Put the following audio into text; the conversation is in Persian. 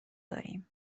داریم